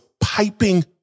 piping